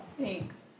Thanks